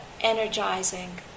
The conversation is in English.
energizing